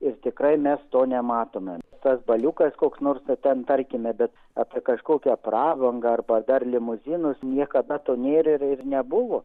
ir tikrai mes to nematome tas baliukas koks nors te ten tarkime bet apie kažkokią prabangą arba dar limuzinus niekada to nėr ir ir nebuvo